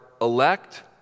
elect